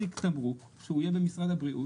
שיהיה תיק תמרוק שהוא יהיה במשרד הבריאות,